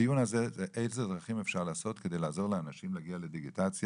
הדיון הזה הוא אילו דרכים אפשר לעשות כדי לעזור לאנשים להגיע לדיגיטציה,